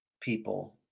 people